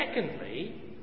secondly